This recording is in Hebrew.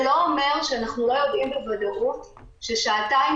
זה לא אומר שאנחנו לא יודעים בוודאות ששעתיים